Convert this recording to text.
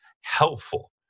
helpful